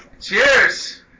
Cheers